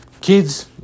kids